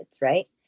right